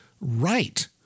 right